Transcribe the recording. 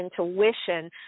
intuition